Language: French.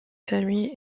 famille